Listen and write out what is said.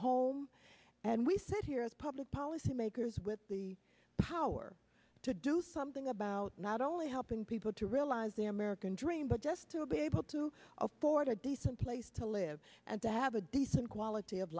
home and we sit here as public policy makers with the power to do something about not only helping people to realize the american dream but just to be able to afford a decent place to live and to have a decent quality of